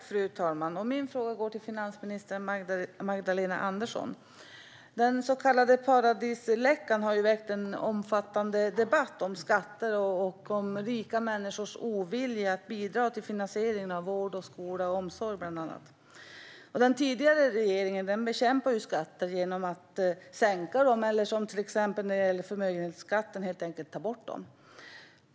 Fru talman! Min fråga går till finansminister Magdalena Andersson. Den så kallade paradisläckan har väckt en omfattande debatt om skatter och om rika människors ovilja att bidra till finansieringen av bland annat vård, skola och omsorg. Den tidigare regeringen bekämpade ju skatter genom att sänka dem eller, som när det gällde förmögenhetsskatten, helt enkelt ta bort dem.